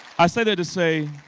i say that to say